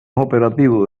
operativos